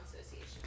Association